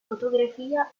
fotografia